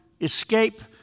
escape